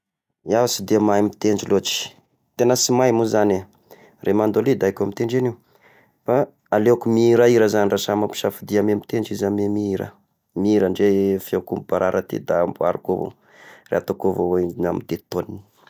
Iaho sy de mahay mitendry loatra, tegna sy mahay mo izagny eh, raha i mandolia dia haiko mitendry agnio, fa aleoko mihirahira izagny raha samy ampisafidia amy mitendry izy amy mihira, mihira ndray a feoko mibarara ity da amboariko avao, raha ataoko avao io raha midetone.